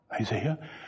Isaiah